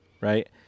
right